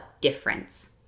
difference